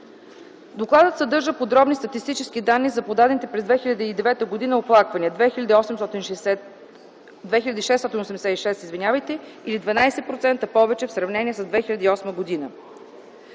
Докладът съдържа подробни статистически данни за подадените през 2009 г. оплаквания – 2686, или с 12% повече в сравнение с 2008 г.